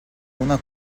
una